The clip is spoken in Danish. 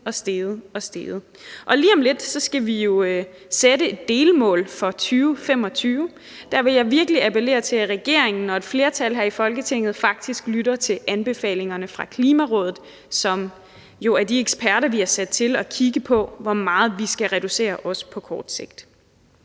steget og steget. Lige om lidt skal vi jo sætte et delmål for 2025, og der vil jeg virkelig appellere til, at regeringen og et flertal her i Folketinget faktisk lytter til anbefalingerne fra Klimarådet, som jo er de eksperter, vi har sat til at kigge på, hvor meget vi skal reducere, også på kort sigt.